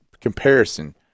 comparison